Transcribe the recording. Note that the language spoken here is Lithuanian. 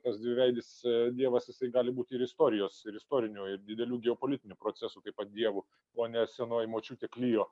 tas dviveidis dievas jisai gali būti ir istorijos ir istorinių ir didelių geopolitinių procesų kaip vat dievu o ne senoji močiutė klio